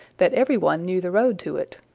that every one knew the road to it.